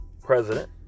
president